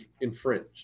infringed